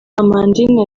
amandine